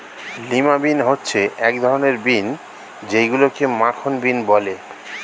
lima bean হচ্ছে এক ধরনের বিন যেইগুলোকে মাখন বিন বলে